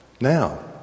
Now